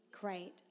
great